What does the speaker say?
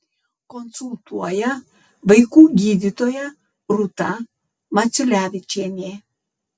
konsultuoja vaikų gydytoja rūta maciulevičienė